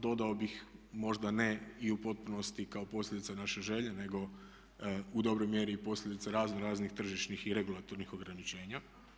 Dodao bih možda ne i u potpunosti kao posljedica i naše želje nego u dobroj mjeri i posljedica razno raznih tržišnih i regulatornih ograničenja.